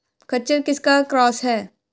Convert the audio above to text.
खच्चर किसका क्रास है?